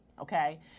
Okay